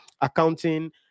accounting